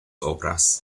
obras